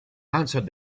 answered